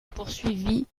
poursuivit